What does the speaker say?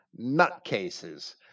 nutcases